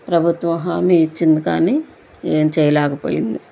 ప్రభుత్వ హామీ ఇచ్చింది కానీ ఏం చేయలేకపోయింది